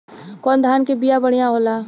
कौन धान के बिया बढ़ियां होला?